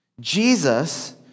Jesus